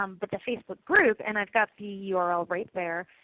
um but the facebook group, and i've got the yeah url right there,